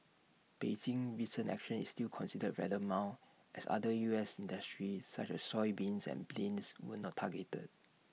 Beijing's recent action is still considered rather mild as other U S industries such as soybeans and planes were not targeted